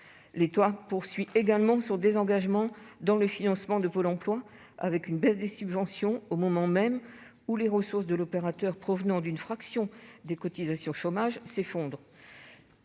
L'État poursuit également son désengagement dans le financement de Pôle emploi, dont les subventions diminuent au moment même où les ressources de l'opérateur provenant d'une fraction des cotisations d'assurance chômage s'effondrent.